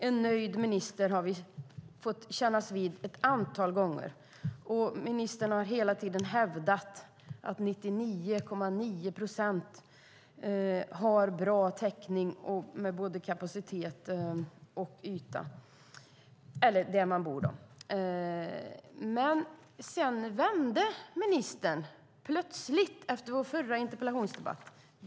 En nöjd minister har vi fått kännas vid ett antal gånger. Ministern har hela tiden hävdat att 99,9 procent har bra kapacitets och yttäckning där de bor. Efter vår förra interpellationsdebatt vände ministern plötsligt.